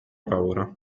paura